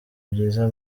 byiza